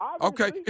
Okay